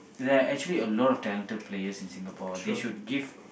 there are actually a lot of talented players in Singapore they should give